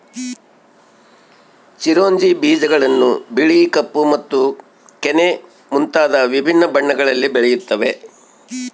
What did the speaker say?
ಚಿರೊಂಜಿ ಬೀಜಗಳನ್ನು ಬಿಳಿ ಕಪ್ಪು ಮತ್ತು ಕೆನೆ ಮುಂತಾದ ವಿಭಿನ್ನ ಬಣ್ಣಗಳಲ್ಲಿ ಬೆಳೆಯುತ್ತವೆ